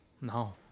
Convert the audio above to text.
No